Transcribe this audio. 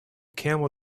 camel